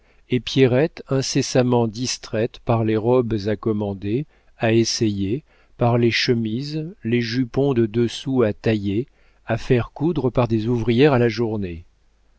et pierrette incessamment distraite par les robes à commander à essayer par les chemises les jupons de dessous à tailler à faire coudre par des ouvrières à la journée